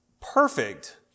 perfect